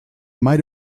might